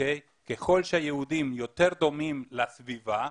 ככל שהילדים יותר דומים לסביבה,